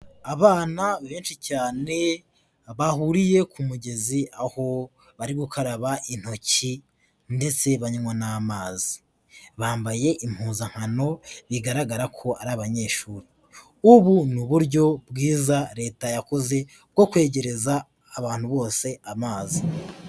Abana benshi cyane, bahuriye ku mugezi, aho bari gukaraba intoki ndetse banywa n'amazi. Bambaye impuzankano bigaragara ko ari abanyeshuri. Ubu ni uburyo bwiza leta yakoze bwo kwegereza abantu bose amazi.